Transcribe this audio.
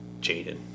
Jaden